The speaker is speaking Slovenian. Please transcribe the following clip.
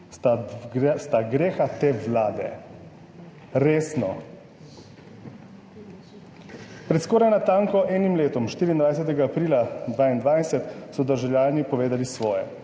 sta greha te vlade. Resno? Pred skoraj natanko enim letom, 24. aprila 2022, so državljani povedali svoje